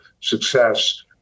success